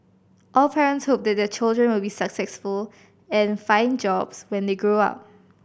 all parents hope that their children will be successful and find jobs when they grow up